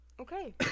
okay